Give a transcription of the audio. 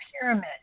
pyramid